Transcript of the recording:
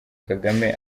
kagame